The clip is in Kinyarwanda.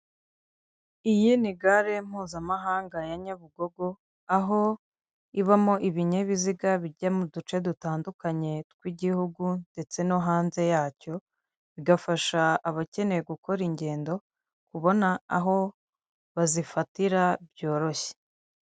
Iyi ni gare mpuzamahanga ya Nyabugogo, aho ibamo ibinyabiziga bijya mu duce dutandukanye tw'igihugu ndetse no hanze yacyo, bigafasha abakeneye gukora ingendo kubona aho bazifatira byoroshye.